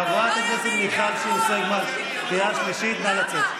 חברת הכנסת שיר סגמן, קריאה שלישית, נא לצאת.